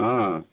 ହଁ